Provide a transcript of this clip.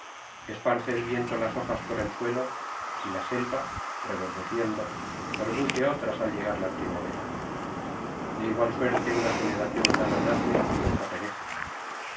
esparce el viento las hojas por el suelo y la selva reverdeciendo produce otras al llegar la primavera de igual suerte una generación humana nace y otra perece